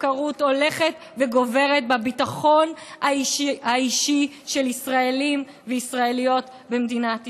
הפקרות הולכת וגוברת בביטחון האישי של ישראלים וישראליות במדינת ישראל.